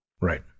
Right